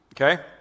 okay